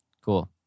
Cool